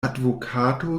advokato